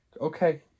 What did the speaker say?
Okay